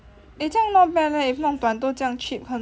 eh 这样 not bad leh if 弄断都这样 cheap 可能